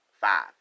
five